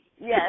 Yes